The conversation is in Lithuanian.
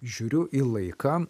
žiūriu į laiką